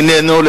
איננו כאן,